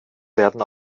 werden